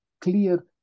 clear